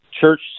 church